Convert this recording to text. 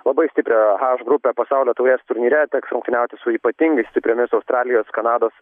labai stiprią h grupę pasaulio taurės turnyre teks rungtyniauti su ypatingai stipriomis australijos kanados